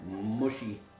Mushy